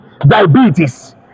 diabetes